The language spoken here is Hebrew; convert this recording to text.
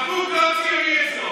הרב קוק לא ציוני אצלו.